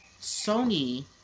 Sony